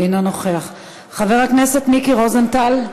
אינו נוכח, חבר הכנסת מיקי רוזנטל,